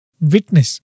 witness